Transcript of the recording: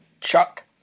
Chuck